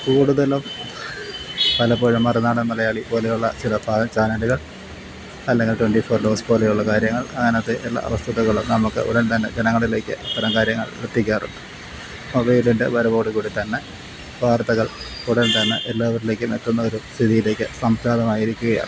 കൂടുതലും പലപ്പോഴും മറുനാടന് മലയാളി പോലെയുള്ള ചില പാവം ചാനല്കകള് അല്ലെങ്കില് ട്വെന്റി ഫോര് ന്യൂസ് പൊലെയുള്ള കാര്യങ്ങള് അങ്ങനത്തെ എല്ലാ വസ്തുതകളും നമുക്ക് ഉടന്തന്നെ ജനങ്ങളിലേക്ക് ഇത്തരം കാര്യങ്ങള് എത്തിക്കാറുണ്ട് മൊബൈലിന്റെ വരവോട് കൂടിത്തന്നെ വാര്ത്തകള് ഉടന്തന്നെ എല്ലാവരിലേക്കും എത്തുന്ന ഒരു സ്ഥിതിയിലേക്ക് സംജാതമായിരിക്കുകയാണ്